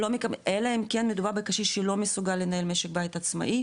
אלא אם כן מדובר בקשיש לא מסוגל לנהל משק בית עצמאי,